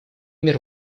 мир